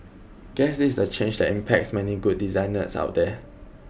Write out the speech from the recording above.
guess this is a change that impacts many good designers out there